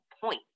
point